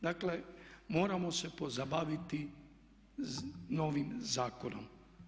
Dakle, moramo se pozabaviti novim zakonom.